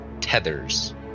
tethers